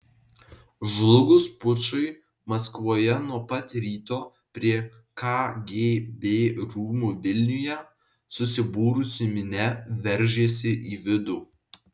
žlugus pučui maskvoje nuo pat ryto prie kgb rūmų vilniuje susibūrusi minia veržėsi į vidų